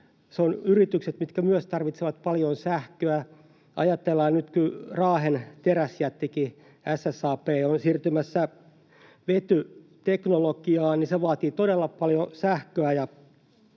myös yritykset tarvitsevat paljon sähköä. Ajatellaan nyt, että kun Raahen teräsjätti SSAB:kin on siirtymässä vetyteknologiaan, niin se vaatii todella paljon sähköä.